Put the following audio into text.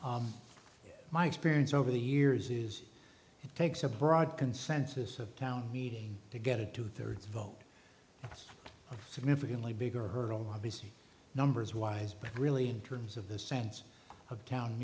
my experience over the years is it takes a broad consensus of town meeting to get a two thirds vote significantly bigger hurdle these numbers wise but really terms of the sense of town